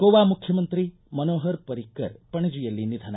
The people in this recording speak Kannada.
ಗೋವಾ ಮುಖ್ಯಮಂತ್ರಿ ಮನೋಹರ್ ಪರಿಕ್ಕರ್ ಪಣಜಿಯಲ್ಲಿ ನಿಧನ